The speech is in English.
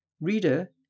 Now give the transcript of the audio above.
Reader